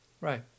Right